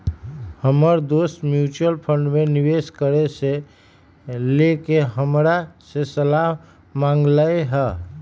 हमर दोस mutual fund में निवेश करे से लेके हमरा से सलाह मांगलय ह